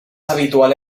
habitual